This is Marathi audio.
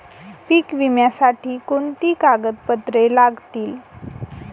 पीक विम्यासाठी कोणती कागदपत्रे लागतील?